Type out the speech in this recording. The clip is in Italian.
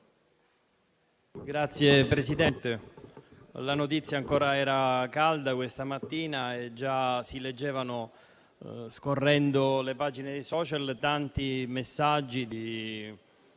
Signora Presidente, la notizia era ancora calda questa mattina e già si leggevano, scorrendo le pagine dei *social*, tanti messaggi di